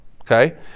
okay